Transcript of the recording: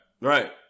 Right